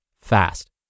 fast